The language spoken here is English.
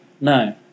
No